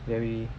very